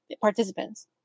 participants